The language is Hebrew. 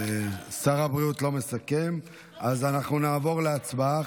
שר הבריאות לא מסכם, אז אנחנו נעבור להצבעה.